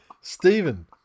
Stephen